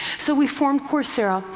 so we formed coursera,